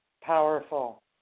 powerful